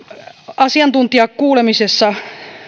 asiantuntijakuulemisessa